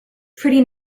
pretty